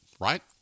right